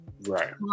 Right